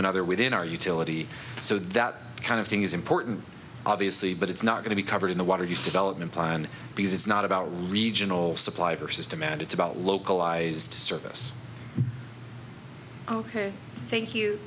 another within our utility so that kind of thing is important obviously but it's not going to be covered in the water use development plan because it's not about a regional supply versus demand it's about localized service ok thank you